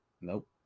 Nope